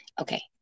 okay